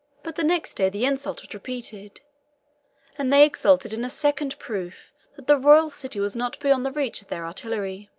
but the next day the insult was repeated and they exulted in a second proof that the royal city was not beyond the reach of their artillery.